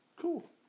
cool